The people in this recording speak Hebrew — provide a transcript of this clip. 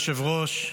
אדוני היושב-ראש,